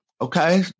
okay